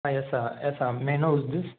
ah yes sir yes sir may I know who is this